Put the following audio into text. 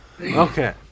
Okay